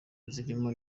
zirimo